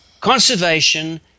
conservation